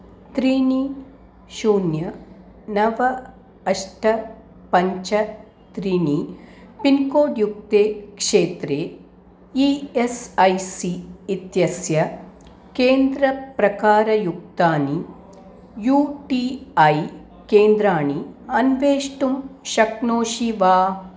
त्रीणि शून्यं नव अष्ट पञ्च त्रीणि पिन्कोड्युक्ते क्षेत्रे ई एस् ऐ सि इत्यस्य केन्द्रप्रकारयुक्तानि यु टि ऐ केन्द्राणि अन्वेष्टुं शक्नोषि वा